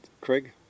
Craig